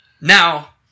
Now